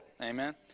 amen